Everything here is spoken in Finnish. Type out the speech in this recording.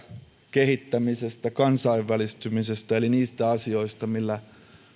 kehittämisestä ja kansainvälistymisestä eli niistä asioista millä